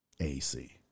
ac